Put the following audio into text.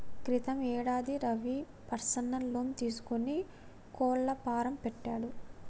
క్రితం యేడాది Ravi personal loan తీసుకొని కోళ్ల ఫాం పెట్టిండు